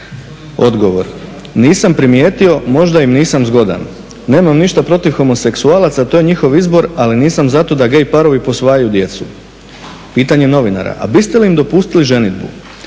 Odgovor: Nisam primijetio, možda im nisam zgodan. Nemam ništa protiv homoseksualaca, to je njihov izbor ali nisam zato da gay parovi posvajaju djecu. Pitanje novinara, a biste li im dopustili ženidbu?